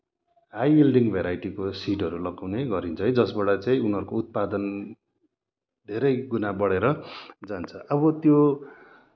high yielding भेराइटीको सिडहरू लगाउने गरिन्छ है जसबाट चाहिँ उनीहरूको उत्पादन धेरै गुणा बढेर जान्छ अब त्यो